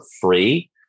free